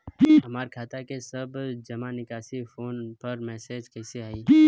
हमार खाता के सब जमा निकासी फोन पर मैसेज कैसे आई?